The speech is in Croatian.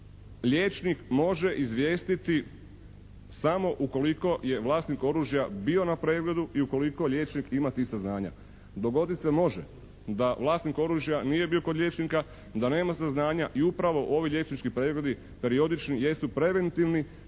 liječnik može izvijestiti samo ukoliko je vlasnik oružja bio na pregledu i ukoliko liječnik ima tih saznanja. Dogodit se može da vlasnik oružja nije bio kod liječnika, da nema saznanja i upravo ovi liječnički pregledi periodični jesu preventivni